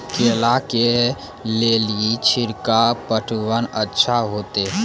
केला के ले ली छिड़काव पटवन अच्छा होते?